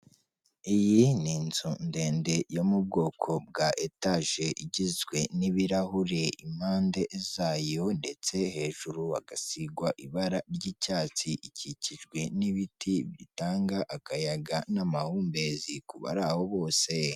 Iyi ni inzu ndende yo mu bwoko bwa etaje, igizwe n'ibirahuri impande zayo ndetse hejuru hagasigwa ibara ry'icyatsi, ikikijwe n'ibiti bitanga akayaga n'amahumbezi kubari aho bose.